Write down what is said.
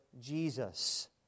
Jesus